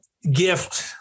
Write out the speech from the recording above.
Gift